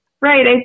Right